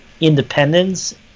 independence